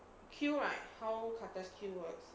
kill right how karthus kill works